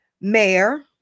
mayor